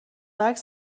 عکس